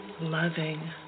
loving